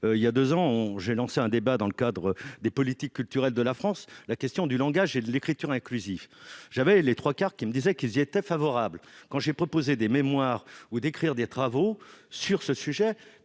il y a 2 ans, on j'ai lancé un débat dans le cadre des politiques culturelles de la France, la question du langage et de l'écriture inclusive, j'avais les 3 quarts qui me disaient qu'ils y étaient favorables, quand j'ai proposé des mémoires ou d'écrire des travaux sur ce sujet,